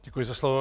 Děkuji za slovo.